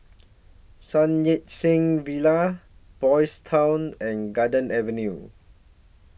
Sun Yat Sen Villa Boys' Town and Garden Avenue